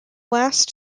last